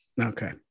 okay